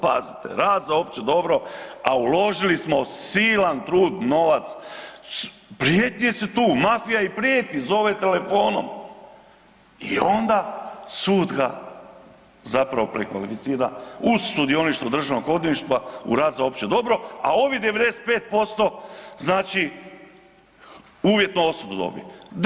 Pazite, rad za opće dobro, a uložili smo silan trud, novac, prijetnje su tu, mafija im prijeti, zove telefonom i onda sud ga zapravo prekvalificira uz sudioništvo državnog odvjetništva u rad za opće dobro, a ovih 95% znači uvjetnu osudu dobi.